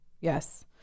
Yes